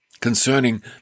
concerning